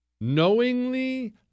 knowingly